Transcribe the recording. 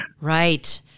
Right